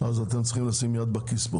אתם צריכים לשים יד בכיס.